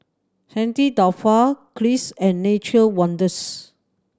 Saint Dalfour Kiehl's and Nature Wonders